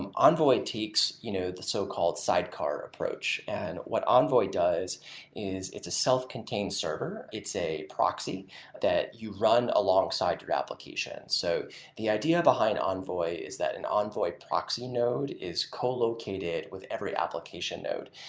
um envoy takes you know the so-called sidecar approach, and what envoy does is it's s self-contained server. it's a proxy that you run alongside your application. so the idea behind envoy is that an envoy proxy node is collocated with every application node,